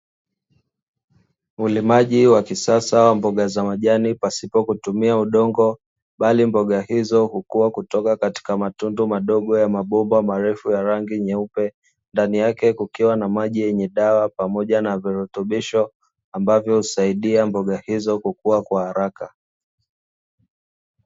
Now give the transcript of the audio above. Ulimaji wa kisasa wa mboga za majani pasipo kutumia udongo, bali mboga hizo hukua kutoka katika matundu madogo ya mabomba marefu ya rangi nyeupe, ndani yake kukiwa na maji yenye dawa pamoja na virutubisho, ambazo husaidia mboga hizo kukua kwa haraka.